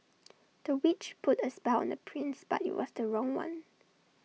the witch put A spell on the prince but IT was the wrong one